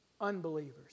unbelievers